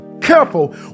careful